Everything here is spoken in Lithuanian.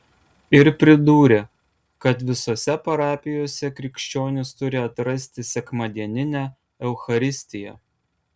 ir pridūrė kad visose parapijose krikščionys turi atrasti sekmadieninę eucharistiją